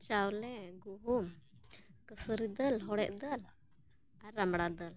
ᱪᱟᱣᱞᱮ ᱜᱩᱦᱩᱢ ᱠᱟᱹᱥᱟᱹᱨᱤ ᱫᱟᱹᱞ ᱦᱚᱲᱮᱡ ᱫᱟᱹᱞ ᱟᱨ ᱨᱟᱢᱲᱟ ᱫᱟᱹᱞ